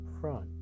front